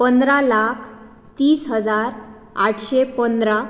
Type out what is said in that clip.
पंदरा लाख तीस हजार आठशे पंदरा